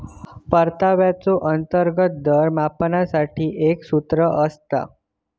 परताव्याचो अंतर्गत दर मापनासाठी एक सूत्र असता